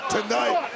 Tonight